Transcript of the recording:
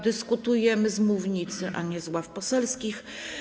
Dyskutujemy z mównicy, a nie w ławach poselskich.